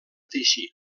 teixir